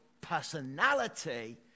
personality